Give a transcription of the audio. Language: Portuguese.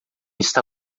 está